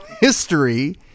history